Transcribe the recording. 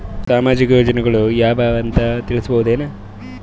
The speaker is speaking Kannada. ಸಾಮಾಜಿಕ ಯೋಜನೆಗಳು ಯಾವ ಅವ ಅಂತ ತಿಳಸಬಹುದೇನು?